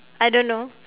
I don't know